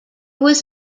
was